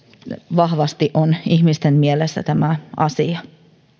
vahvasti on ihmisten mielessä tämä asia